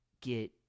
get